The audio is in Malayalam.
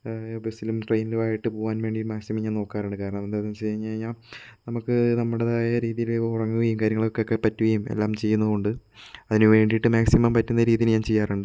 ബസ്സിലും ട്രെയിനിലുമായിട്ട് പോകുവാൻ വേണ്ടി മാക്സിമം ഞാൻ നോക്കാറുണ്ട് കാരണം എന്താണ് വെച്ച് കഴിഞ്ഞ് കഴിഞ്ഞാൽ നമുക്ക് നമ്മുടേതായ രീതിയില് ഉറങ്ങുകയും കാര്യങ്ങൾക്കക്കെ പറ്റുകയും എല്ലാം ചെയ്യുന്നതുകൊണ്ട് അതിനു വേണ്ടിയിട്ട് മാക്സിമം പറ്റുന്ന രീതിയില് ഞാൻ ചെയ്യാറുണ്ട്